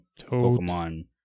Pokemon